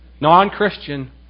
Non-Christian